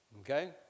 Okay